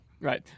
Right